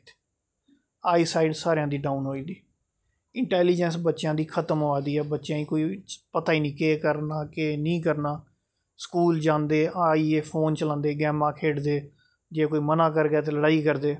आई site सारेआं दी down होई दी इंटेलीजेंस बच्चेआं दी खत्म होआ दी ऐ बच्चें ई कोई पता गै नेईं केह् करना केह् निं करना स्कूल जांदे आइयै फोन चलांदे गेमां खेढ़दे जे कोई मना करगे ते लड़ाई करदे